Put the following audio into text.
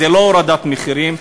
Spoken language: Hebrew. זו לא הורדת מחירים,